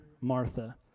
Martha